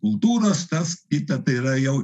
kultūros tas kita tai yra jau